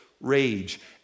rage